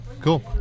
cool